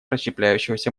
расщепляющегося